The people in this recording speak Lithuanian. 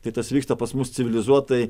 tai tas vyksta pas mus civilizuotai